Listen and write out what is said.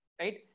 Right